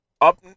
up